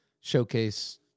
showcase